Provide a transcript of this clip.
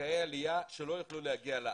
זכאי עלייה שלא יוכלו להגיע לארץ.